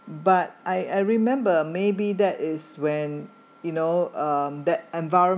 but I I remember maybe that is when you know um that environment